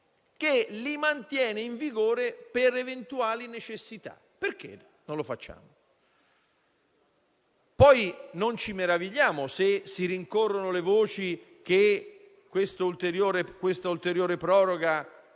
che li mantenga in vigore per eventuali necessità? Perché non lo facciamo? Non ci meravigliamo poi se si rincorrono le voci che questa ulteriore proroga